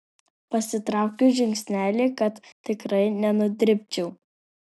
pasitraukiu žingsnelį kad tikrai nenudribčiau